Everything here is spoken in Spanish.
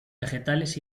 vegetales